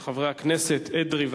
של חברי הכנסת אדרי,